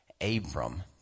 Abram